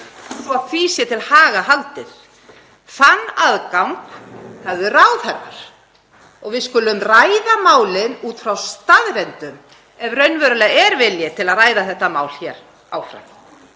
svo því sé til haga haldið. Þann aðgang höfðu ráðherrar. Við skulum ræða málin út frá staðreyndum ef raunverulega er vilji til að ræða þetta mál hér áfram.